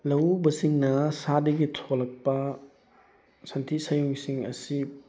ꯂꯧꯎꯕꯁꯤꯡꯅ ꯁꯥꯗꯒꯤ ꯊꯣꯛꯂꯛꯄ ꯁꯟꯊꯤ ꯁꯟꯌꯨꯡꯁꯤꯡ ꯑꯁꯤ